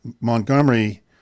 Montgomery